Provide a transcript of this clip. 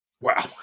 Wow